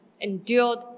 endured